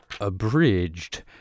Abridged